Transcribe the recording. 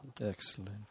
Excellent